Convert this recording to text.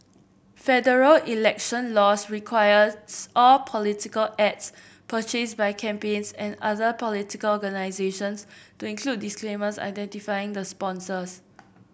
federal election laws requires all political ads purchased by campaigns and other political organisations to include disclaimers identifying the sponsors